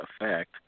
effect